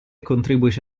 contribuisce